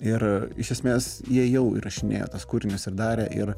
ir iš esmės jie jau įrašinėja kūrinius ir darė ir